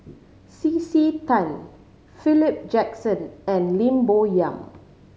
C C Tan Philip Jackson and Lim Bo Yam